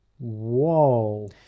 Whoa